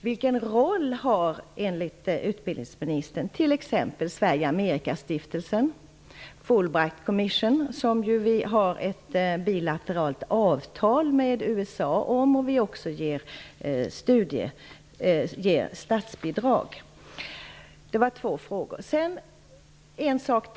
Vilken roll har enligt utbildningsministern t.ex. Sverige-Amerikastiftelsen och Fulbrightkommissionen som vi har ett bilateralt avtal med USA om? Vi ger ju också statsbidrag dit. Det var två frågor.